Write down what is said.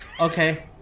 Okay